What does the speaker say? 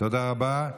תודה רבה.